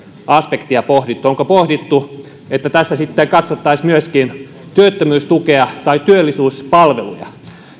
aspektia pohdittu onko pohdittu että tässä sitten katsottaisiin myöskin työttömyystukea tai työllisyyspalveluja